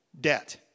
debt